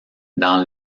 dans